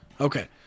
Okay